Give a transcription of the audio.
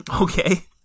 Okay